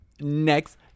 next